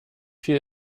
viel